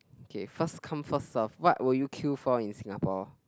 okay first come first serve what will you queue for in Singapore